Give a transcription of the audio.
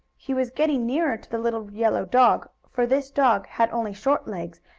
he was getting nearer to the little yellow dog, for this dog had only short legs,